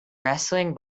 wrestling